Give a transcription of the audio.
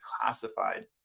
classified